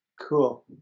Cool